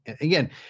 again